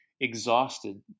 exhausted